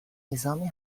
نظامی